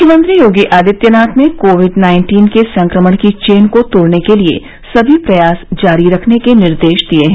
मुख्यमंत्री योगी आदित्यनाथ ने Covid nineteen के संक्रमण की चेन को तोड़ने के लिये सभी प्रयास जारी रखने के निर्देश दिये है